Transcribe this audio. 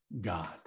god